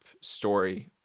story